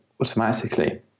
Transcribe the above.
automatically